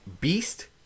beast